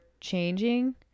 changing